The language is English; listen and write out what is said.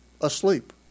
asleep